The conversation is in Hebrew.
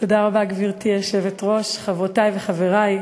גברתי היושבת-ראש, תודה רבה, חברותי וחברי,